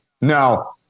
No